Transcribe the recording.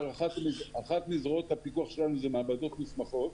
אחת מזרועות הפיקוח שלנו זה מעבדות מוסמכות,